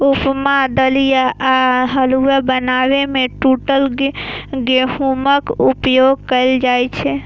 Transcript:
उपमा, दलिया आ हलुआ बनाबै मे टूटल गहूमक उपयोग कैल जाइ छै